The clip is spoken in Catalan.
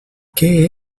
què